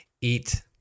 eat